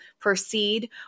proceed